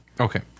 Okay